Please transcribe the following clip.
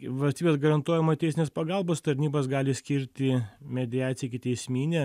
valstybės garantuojamoj teisinės pagalbos tarnybos gali skirti mediaciją ikiteisminę